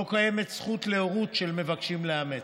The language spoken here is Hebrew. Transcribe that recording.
לא קיימת זכות להורות של מבקשים לאמץ.